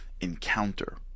encounter